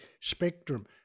spectrum